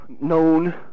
known